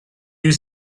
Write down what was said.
you